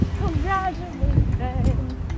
congratulations